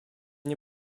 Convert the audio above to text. nie